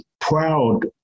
proud